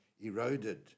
eroded